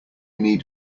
need